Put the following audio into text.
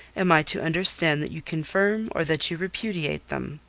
am i to understand that you confirm or that you repudiate them?